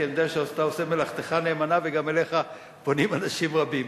כי אני יודע שאתה עושה מלאכתך נאמנה וגם אליך פונים אנשים רבים.